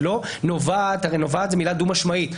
הרי נובעת היא מילה דו משמעית.